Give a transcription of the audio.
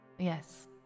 Yes